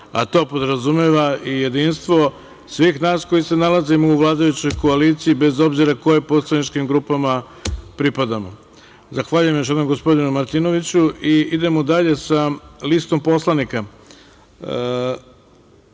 a to podrazumeva i jedinstvo svih nas koji se nalazimo u vladajućoj koaliciji, bez obzira kojim poslaničkim grupama pripadamo. Zahvaljujem još jednog gospodine Martinoviću. Idemo dalje sa listom poslanika. Ne